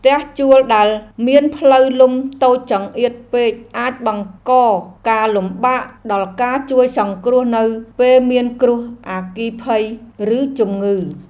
ផ្ទះជួលដែលមានផ្លូវលំតូចចង្អៀតពេកអាចបង្កការលំបាកដល់ការជួយសង្គ្រោះនៅពេលមានគ្រោះអគ្គិភ័យឬជំងឺ។